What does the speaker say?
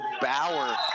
Bauer